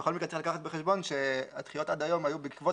בכל מקרה צריך לקחת בחשבון שהדחיות עד היום היו בעקבות